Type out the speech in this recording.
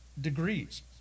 degrees